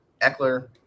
Eckler